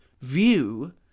view